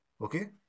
Okay